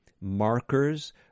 markers